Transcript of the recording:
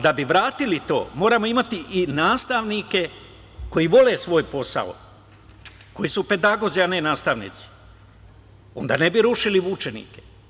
Da bi vratili to, moramo imati i nastavnike koji vole svoj posao, koji su pedagozi, a ne nastavnici, onda ne bi rušili učenike.